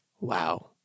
wow